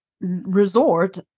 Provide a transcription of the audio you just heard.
resort